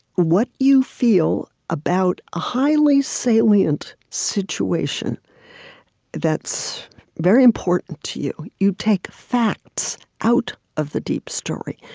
what you feel about a highly salient situation that's very important to you. you take facts out of the deep story.